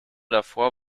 davor